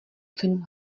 cenu